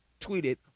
tweeted